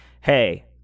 hey –